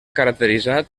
caracteritzat